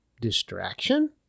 Distraction